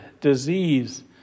disease